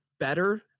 better